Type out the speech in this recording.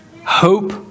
hope